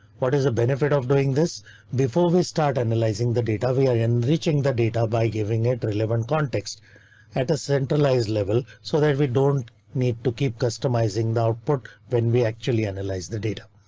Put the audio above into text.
what is the benefit of doing this before we start analyzing the data, we are enriching the data by giving it relevant context at a centralized level so that we don't need to keep customizing the output when we actually analyze the data.